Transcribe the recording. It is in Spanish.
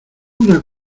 una